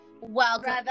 welcome